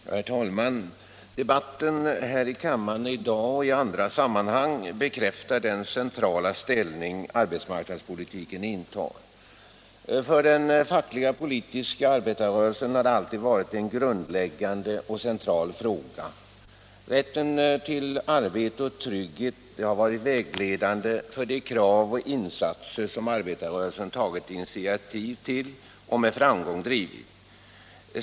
Herr talman! Debatten här i kammaren i dag och i andra sammanhang bekräftar den centrala ställning arbetsmarknadspolitiken intar. För den politiska och fackliga arbetarrörelsen har arbetsmarknadsfrågorna alltid varit grundläggande och centrala. Rätten till arbete och trygghet har varit vägledande för de insatser som arbetarrörelsen tagit initiativet till och de krav som den med framgång har drivit.